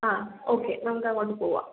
ആ ഓക്കേ നമുക്ക് അങ്ങോട്ട് പോകാം